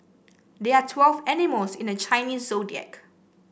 there are twelve animals in the Chinese Zodiac